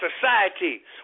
society